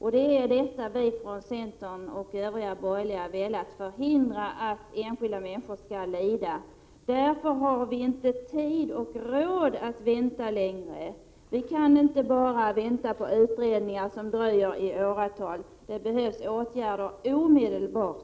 Vi från centern och från övriga borgerliga partier har velat förhindra att enskilda människor skall lida. Vi har inte tid och råd att vänta längre. Vi kan inte bara vänta på utredningar som dröjer i åratal. Det behövs åtgärder omedelbart.